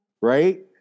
Right